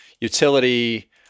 utility